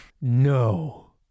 No